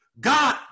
God